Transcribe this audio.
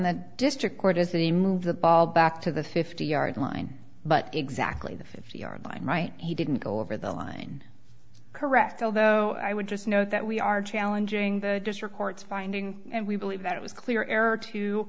the district court as they move the ball back to the fifty yard line but exactly the fifty yard line right he didn't go over the line correct although i would just note that we are challenging the district court's finding and we believe that it was clear